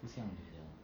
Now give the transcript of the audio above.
不像你的